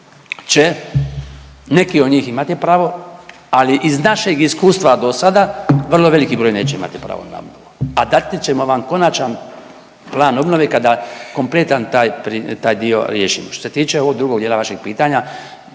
neki od njih imati pravo, ali iz našeg iskustva do sada vrlo veliki broj neće imati pravo na obnovu, a dati ćemo vam konačan plan obnove kada kompletan taj dio riješimo. Što se tiče ovog drugog dijela vašeg pitanja,